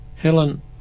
Helen